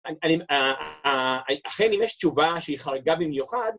אכן אם יש תשובה שהיא חריגה במיוחד